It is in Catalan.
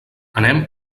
anem